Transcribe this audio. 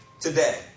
today